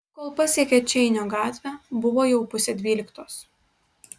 kol pasiekė čeinio gatvę buvo jau pusė dvyliktos